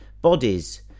Bodies